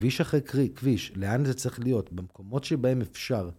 כביש אחרי כביש, לאן זה צריך להיות, במקומות שבהם אפשר.